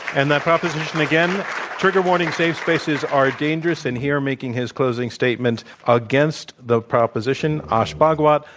and that proposition again trigger warning safe spaces are dangerous. and here making his closing statement against the proposition, ash bhagwat,